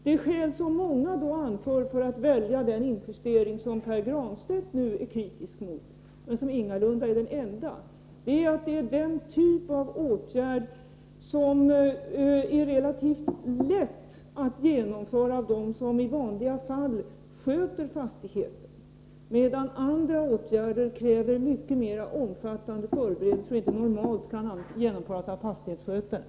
Det skäl som många anför för att välja den injustering som Pär Granstedt nu är kritisk mot, men som ingalunda är den enda, är att det är den typ av åtgärd som är relativt lätt att genomföra av den som i vanliga fall sköter fastigheten. Andra åtgärder kräver mycket mera omfattande förberedelser och kan normalt inte genomföras av fastighetsskötaren.